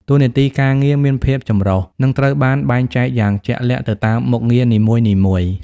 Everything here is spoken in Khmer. តួនាទីការងារមានភាពចម្រុះ និងត្រូវបានបែងចែកយ៉ាងជាក់លាក់ទៅតាមមុខងារនីមួយៗ។